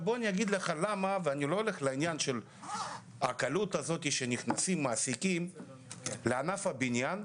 אגיד לך למה ואני לא הולך לקלות הזאת שבה נכנסים מעסיקים לענף הבניין.